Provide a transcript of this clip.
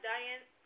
Diane